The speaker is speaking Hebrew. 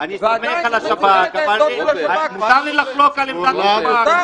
--- אני סומך על השב"כ אבל מותר לי לחלוק על עמדת השב"כ.